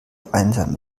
einsam